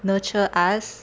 nurture us